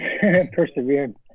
Persevered